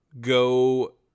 go